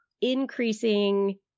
increasing